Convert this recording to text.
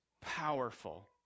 powerful